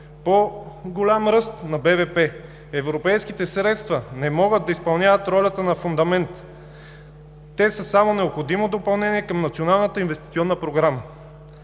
по-голям ръст на БВП. Европейските средства не могат да изпълняват ролята на фундамент. Те са само необходимо допълнение към Националната инвестиционна програма.